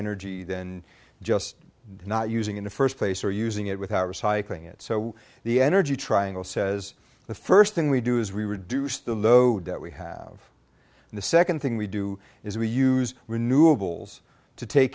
energy than just not using in the first place or using it without recycling it so the energy triangle says the first thing we do is we reduce the load that we have and the second thing we do is we use renewables to take